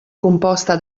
composta